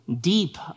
deep